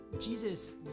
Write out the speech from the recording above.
Jesus